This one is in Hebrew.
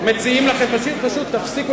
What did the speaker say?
מציעים לכם: פשוט תפסיקו.